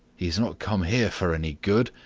he has not come here for any good.